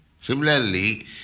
Similarly